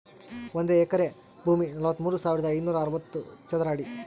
ಒಂದು ಎಕರೆ ಭೂಮಿ ನಲವತ್ಮೂರು ಸಾವಿರದ ಐನೂರ ಅರವತ್ತು ಚದರ ಅಡಿ